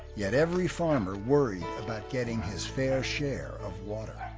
yet, every farmer worried about getting his far share of water.